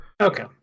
Okay